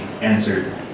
answered